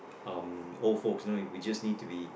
um old folks you know we just need to be